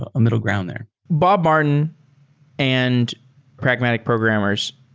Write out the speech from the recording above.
a middle ground there. bob martin and pragmatic programmers,